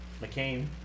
McCain